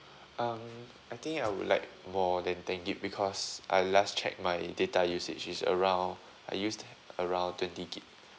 um I think I will like more than ten gigabytes because I last checked my data usage it's around I used around twenty gigabytes